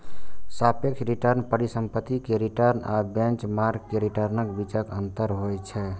सापेक्ष रिटर्न परिसंपत्ति के रिटर्न आ बेंचमार्क के रिटर्नक बीचक अंतर होइ छै